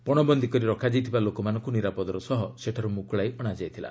ପଶବନ୍ଦୀ କରି ରଖାଯାଇଥିବା ଲୋକମାନଙ୍କୁ ନିରାପଦର ସହ ମୁକୁଳାଇ ଅଣାଯାଇଥିଲା